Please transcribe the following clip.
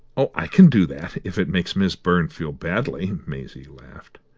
oh, i can do that, if it makes miss byrne feel badly, maisie laughed.